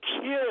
kids